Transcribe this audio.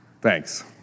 thanks